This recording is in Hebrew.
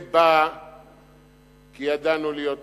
זה בא כי ידענו להיות מרוסנים,